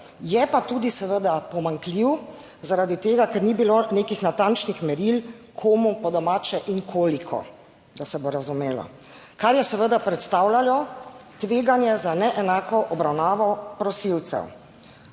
Je pa tudi seveda pomanjkljiv zaradi tega, ker ni bilo nekih natančnih meril, komu, po domače, in koliko, da se bo razumelo, kar je seveda predstavljalo tveganje za neenako obravnavo prosilcev.